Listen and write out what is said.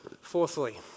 Fourthly